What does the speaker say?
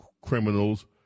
criminals